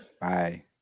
bye